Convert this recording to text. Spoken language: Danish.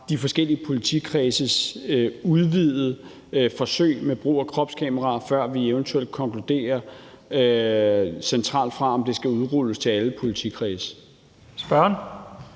de forskellige politikredses udvidede forsøg med brug af kropskameraer, før vi eventuelt konkluderer centralt fra, om det skal udrulles til alle politikredse. Kl.